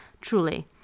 truly